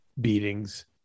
beatings